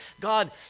God